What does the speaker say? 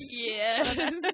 Yes